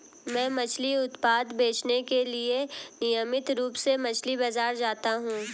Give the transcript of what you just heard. मैं मछली उत्पाद बेचने के लिए नियमित रूप से मछली बाजार जाता हूं